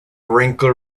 wrinkle